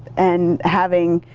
and having